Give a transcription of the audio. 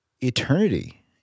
eternity